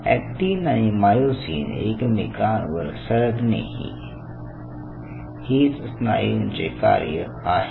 actin आणि myosin एकमेकांवर सरकणेही हेच स्नायूंचे कार्य आहे